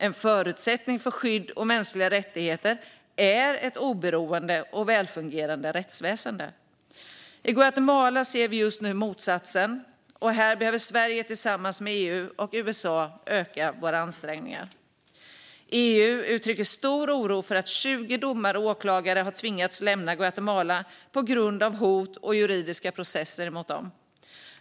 En förutsättning för skydd av mänskliga rättigheter är ett oberoende och välfungerande rättsväsen. I Guatemala ser vi just nu motsatsen. Här behöver Sverige tillsammans med EU och USA öka sina ansträngningar. EU uttrycker stor oro över att 20 domare och åklagare har tvingats lämna Guatemala på grund av hot och juridiska processer mot dem.